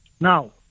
Now